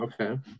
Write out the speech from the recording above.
Okay